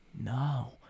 No